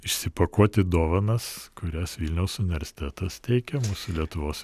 išsipakuoti dovanas kurias vilniaus universitetas teikia musų lietuvos